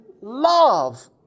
love